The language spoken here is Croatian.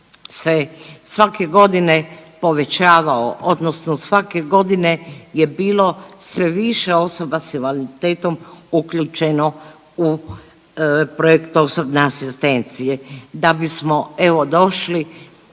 se svake godine povećavao odnosno svake godine je bilo sve više osoba s invaliditetom uključeno u projekt osobne asistencije, da bismo evo došli